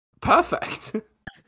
Perfect